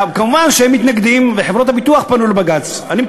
מובן שהם מתנגדים, וחברות הביטוח פנו לבג"ץ.